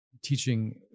teaching